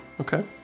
Okay